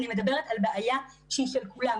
אני מדברת על בעיה שהיא של כולם.